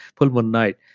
full moon night,